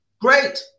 Great